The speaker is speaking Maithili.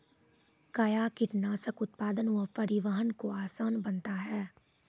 कया कीटनासक उत्पादन व परिवहन को आसान बनता हैं?